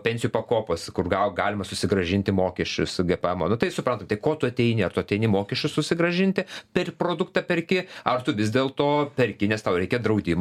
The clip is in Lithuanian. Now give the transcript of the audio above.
pensijų pakopos kur gal galima susigrąžinti mokesčius gpemą nu tai suprantat ko tu ateini tu ateini mokesčius susigrąžinti per produktą perki ar tu vis dėlto perki nes tau reikia draudimo